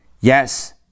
Yes